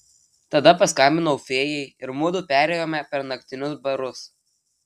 tada paskambinau fėjai ir mudu perėjome per naktinius barus